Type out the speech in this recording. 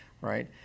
right